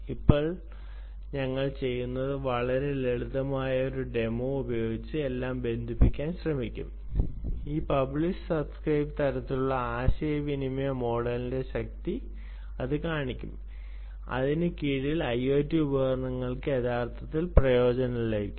ഇപ്പോൾ ഞങ്ങൾ ചെയ്യുന്നത് വളരെ ലളിതമായ ഒരു ഡെമോ ഉപയോഗിച്ച് എല്ലാം ബന്ധിപ്പിക്കാൻ ശ്രമിക്കും ഈ പബ്ലിഷ് സബ്സ്ക്രൈബ് തരത്തിലുള്ള ആശയവിനിമയ മോഡലിന്റെ ശക്തി കാണിക്കും അതിന് കീഴിൽ IoT ഉപകരണങ്ങൾക്ക് യഥാർത്ഥത്തിൽ പ്രയോജനം ലഭിക്കും